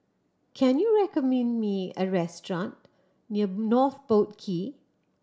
can you recommend me a restaurant near North Boat Quay